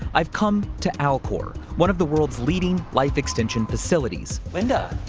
i've come to alcor, one of the world's leading life extension facilities. linda.